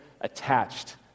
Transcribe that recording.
attached